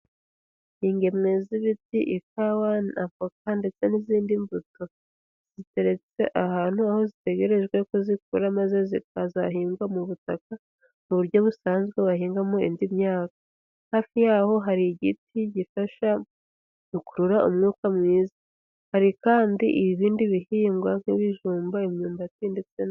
Ingeme z'ibiti, ikawa n'avoka ndetse n'izindi mbuto, ziteretse ahantu aho zitegerejwe ko zikura maze zikazahingwa mu butaka mu buryo busanzwe bahingamo indi myaka. Hafi yaho hari igiti gifasha gukurura umwuka mwiza. Hari kandi ibindi bihingwa nk'ibijumba, imyumbati, ndetse ...